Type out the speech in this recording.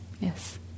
Yes